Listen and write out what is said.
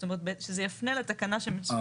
זאת אומרת שזה יפנה לתקנה ---.